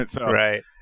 right